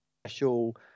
special